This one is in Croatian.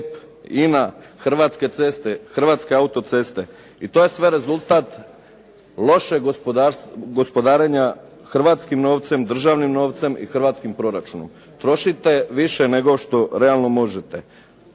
INA, Hrvatske ceste, Hrvatske autoceste i to je sve rezultat lošeg gospodarenja hrvatskim novce, državnim novcem i hrvatskim proračunom. Trošite više nego što realno možete.